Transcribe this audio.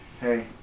Hey